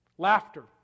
Laughter